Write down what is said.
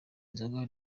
nzoga